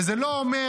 וזה לא אומר,